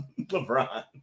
lebron